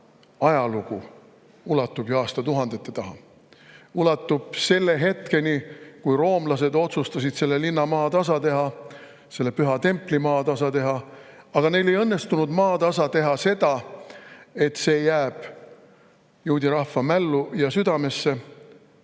ajalugu ulatub ju aastatuhandete taha. See ulatub selle hetkeni, kui roomlased otsustasid selle linna, selle püha templi maatasa teha. Aga neil ei õnnestunud maatasa teha seda, et see jäi juudi rahva mällu ja südamesse,